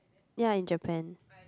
ya in Japan